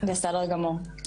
בסדר גמור.